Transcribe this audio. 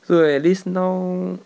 so at least now